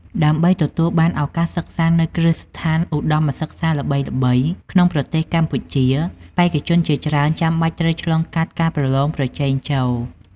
ដើម្បីទទួលបានឱកាសសិក្សានៅគ្រឹះស្ថានឧត្តមសិក្សាល្បីៗក្នុងប្រទេសកម្ពុជា បេក្ខជនជាច្រើនចាំបាច់ត្រូវឆ្លងកាត់ការប្រឡងប្រជែងចូល។